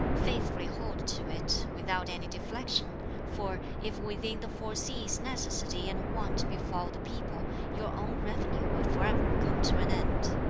faithfully hold to it, without any deflection for if within the four seas necessity and want befall the people, your own revenue will forever come to an end.